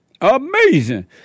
Amazing